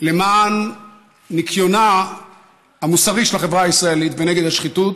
למען ניקיונה המוסרי של החברה הישראלית ונגד השחיתות